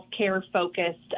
healthcare-focused